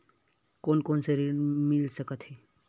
कोन कोन से ऋण मिल सकत हे?